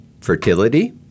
fertility